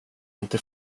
inte